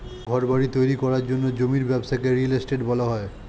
ঘরবাড়ি তৈরি করার জন্য জমির ব্যবসাকে রিয়েল এস্টেট বলা হয়